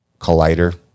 collider